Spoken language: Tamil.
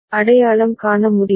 அடையாளம் காண முடியுமா